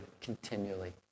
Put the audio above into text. continually